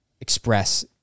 express